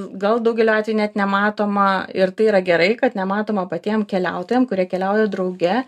gal daugeliu atvejų net nematoma ir tai yra gerai kad nematoma patiem keliautojam kurie keliauja drauge